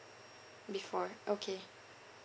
before okay